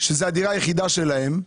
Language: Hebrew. שזו הדירה היחידה שלהם.